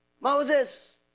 Moses